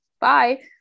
bye